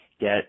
get